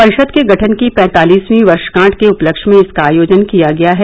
परिषद के गठन की पैंतालीसवीं वर्षगांठ के उपलक्ष्य में इसका आयोजन किया गया है